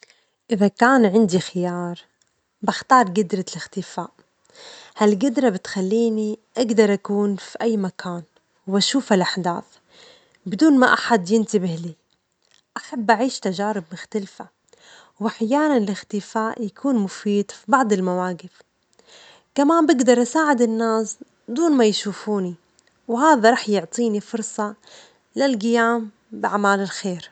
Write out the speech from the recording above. إذا كان عندي خيار، بختار جدرة الاختفاء، هالجدرة بتخليني أجدر أكون في أي مكان وأشوف الأحداث بدون ما أحد ينتبه لي، أحب أعيش تجارب مختلفة وأحياناً الاختفاء يكون مفيد في بعض المواجف، كمان بجدر أساعد الناس دون ما يشوفوني، وهذا راح يعطيني فرصة للجيام بأعمال الخير.